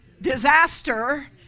disaster